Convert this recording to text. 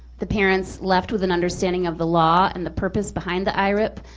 the parents left with an understanding of the law and the purpose behind the irip.